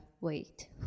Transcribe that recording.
wait